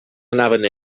anaven